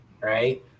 right